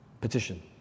petition